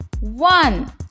one